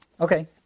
Okay